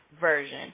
version